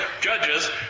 judges